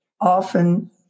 often